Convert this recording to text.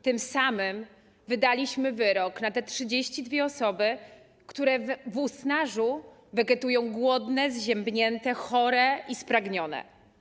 Tym samym wydaliśmy wyrok na te 32 osoby, które w Usnarzu wegetują, głodne, zziębnięte, chore i spragnione.